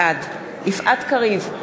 בעד יפעת קריב,